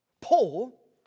Paul